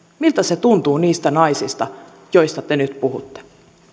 miltä se tuntuu niistä naisista joista te nyt puhutte